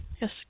Yes